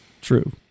True